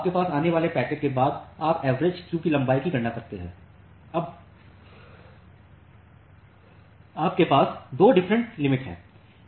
आपके पास आने वाले पैकेट्स के बाद आप एवरेज क्यू की लंबाई की गणना करते हैं अब आपके पास 2 डिफरेंट लिमिटएं हैं